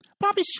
Bobby